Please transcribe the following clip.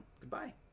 Goodbye